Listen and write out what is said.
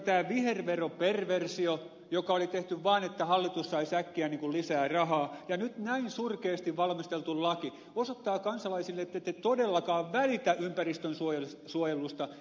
mutta tämä viherveroperversio joka oli tehty vaan siksi että hallitus saisi äkkiä lisää rahaa ja nyt näin surkeasti valmisteltu laki osoittavat kansalaisille ettette te todellakaan välitä ympäristönsuojelusta ettekä tiedosta